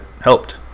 helped